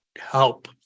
help